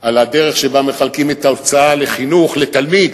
על דרך שבה מחלקים את ההוצאה על חינוך לתלמיד,